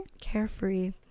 Carefree